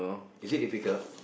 is it difficult